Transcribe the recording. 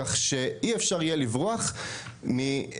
כך שאי אפשר יהיה לברוח מהנושא,